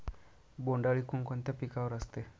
बोंडअळी कोणकोणत्या पिकावर असते?